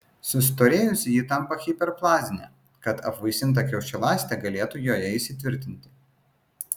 sustorėjusi ji tampa hiperplazinė kad apvaisinta kiaušialąstė galėtų joje įsitvirtinti